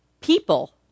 people